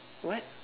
what